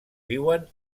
viuen